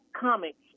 comics